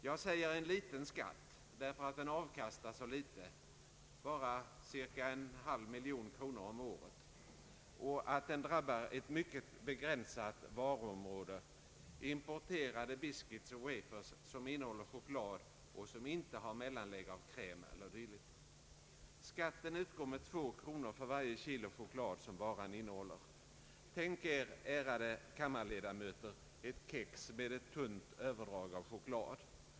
Jag säger en liten skatt, eftersom den avkastar så litet, bara cirka en halv miljon kronor om året, och eftersom den drabbar ett mycket begränsat varuområde, nämligen importerade biscuits och wafers som innehåller choklad och inte har mellanlägg av kräm eller dylikt. Skatten utgår med 2 kronor för varje kilo choklad som varan innehåller. Tänk er, ärade kammarledamöter, ett kex med ett tunt överdrag av choklad!